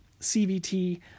CVT